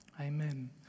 Amen